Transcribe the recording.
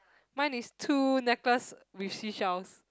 mine is two necklace with seashells